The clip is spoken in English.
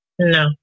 No